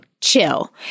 chill